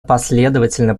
последовательно